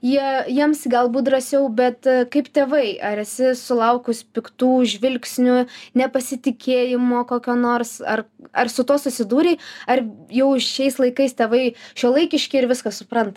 jie jiems galbūt drąsiau bet kaip tėvai ar esi sulaukus piktų žvilgsnių nepasitikėjimo kokio nors ar ar su tuo susidūrei ar jau šiais laikais tėvai šiuolaikiški ir viską supranta